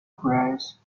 priest